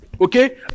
okay